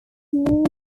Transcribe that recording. news